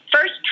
First